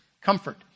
comfort